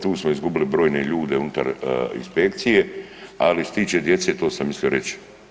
Tu smo izgubili brojne ljude unutar inspekcije, ali što se tiče djece to sam mislio reći.